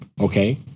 Okay